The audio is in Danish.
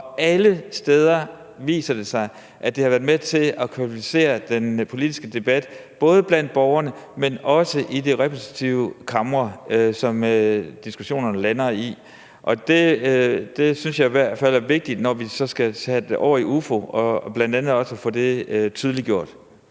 alle steder viser det sig, at det har været med til at kvalificere den politiske debat både blandt borgerne, men også i de repræsentative kamre, som diskussionerne lander i. Det synes jeg i hvert fald er vigtigt, når vi så skal tage det over UFO, bl.a. også at få det tydeliggjort.